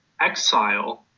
exile